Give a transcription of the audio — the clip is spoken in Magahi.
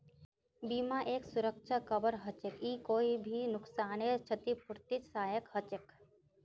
बीमा एक सुरक्षा कवर हछेक ई कोई भी नुकसानेर छतिपूर्तित सहायक हछेक